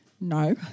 no